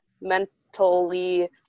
mentally